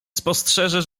spostrzeże